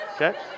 okay